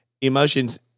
emotions